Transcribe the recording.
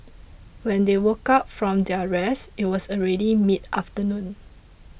when they woke up from their rest it was already mid afternoon